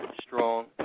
strong